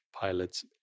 pilots